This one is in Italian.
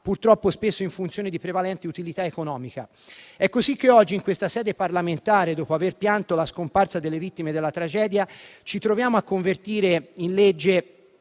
purtroppo, in funzione di prevalenti utilità economiche. È così che oggi, in questa sede parlamentare, dopo aver pianto la scomparsa delle vittime della tragedia, ci troviamo a convertire in legge